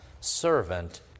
Servant